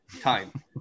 time